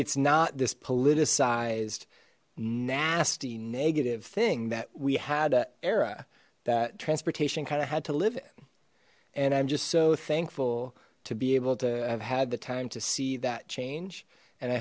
it's not this politicized nasty negative thing that we had an era that transportation kind of had to live in and i'm just so thankful to be able to have had the time to see that change and i